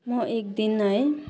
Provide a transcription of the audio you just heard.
म एकदिन है